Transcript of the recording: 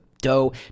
dough